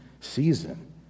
season